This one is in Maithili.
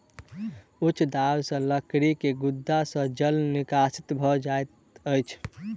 उच्च दाब सॅ लकड़ी के गुद्दा सॅ जल निष्कासित भ जाइत अछि